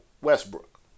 Westbrook